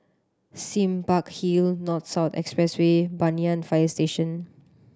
Sime Park Hill North South Expressway Banyan Fire Station